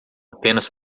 apenas